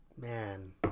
Man